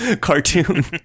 cartoon